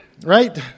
right